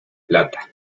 plata